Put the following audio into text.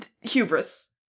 hubris